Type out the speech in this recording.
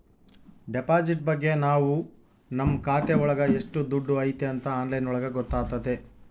deposit ಬಗ್ಗೆ ನಾವ್ ನಮ್ ಖಾತೆ ಒಳಗ ಎಷ್ಟ್ ದುಡ್ಡು ಐತಿ ಅಂತ ಆನ್ಲೈನ್ ಒಳಗ ಗೊತ್ತಾತತೆ